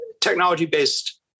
technology-based